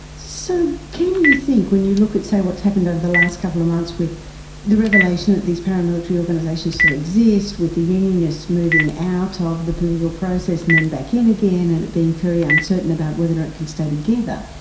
so can you think when you look at, say what's happened over the last couple of months with the revelation that these paramilitary organisations still exist, with the unionists moving out ah of the political process and then back in again and it being very uncertain about whether it can stay together,